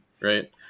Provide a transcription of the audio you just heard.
right